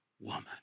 woman